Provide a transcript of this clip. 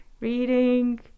reading